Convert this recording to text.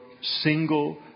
single